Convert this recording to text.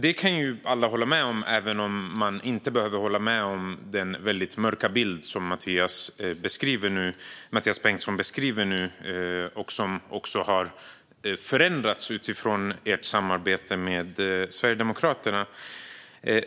Det kan alla hålla med även om man inte behöver hålla med om den väldigt mörka bild som Mathias Bengtsson nu gav och som också har förändrats utifrån ert samarbete med Sverigedemokraterna.